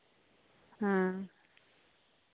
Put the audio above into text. ᱦᱮᱸ